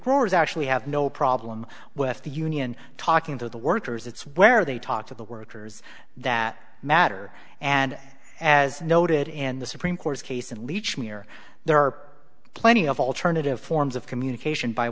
growers actually have no problem with the union talking to the workers it's where they talk to the workers that matter and as noted in the supreme court's case and leach near there are plenty of alternative forms of communication by